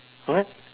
what